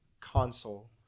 console